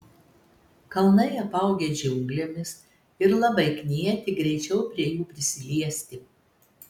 kalnai apaugę džiunglėmis ir labai knieti greičiau prie jų prisiliesti